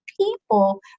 people